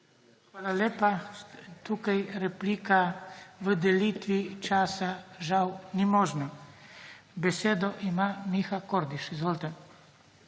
SIMONOVIČ:** Tukaj replika v delitvi časi žal ni možna. Besedo ima Miha Kordiš. Izvolite.